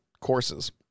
courses